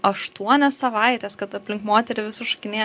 aštuonias savaites kad aplink moterį visur šokinėja